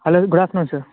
hello good afternoon sir